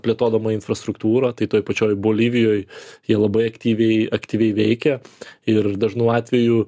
plėtodama infrastruktūrą tai toj pačioj bolivijoj jie labai aktyviai aktyviai veikia ir dažnu atveju